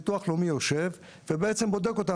ביטוח לאומי יושב ובעצם בודק אותם,